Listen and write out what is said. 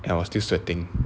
and was still sweating